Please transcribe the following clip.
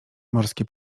morskie